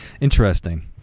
Interesting